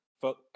Fuck